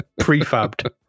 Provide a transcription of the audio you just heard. prefabbed